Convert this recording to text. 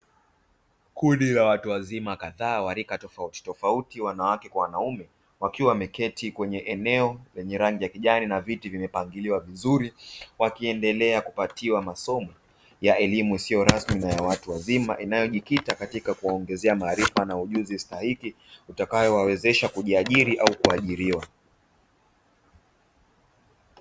Kundi la watu wazima kadhaa wa rika tofautitofauti wanawake kwa wanaume wakiwa wameketi kwenye eneo lenye rangi ya kijani na viti vimepangiliwa vizuri, wakiendelea kupatiwa masomo ya elimu isiyo rasmi na ya watu wazima, inayojikita katika kuwaongezea maarifa na ujuzi stahiki utakaowawezesha kujiajiri au kuajiriwa.